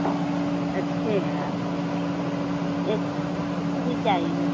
अच्छे हैं अच्छे एक सूती भी चाहिए